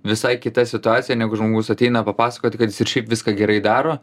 visai kita situacija negu žmogus ateina papasakoti kad jis ir šiaip viską gerai daro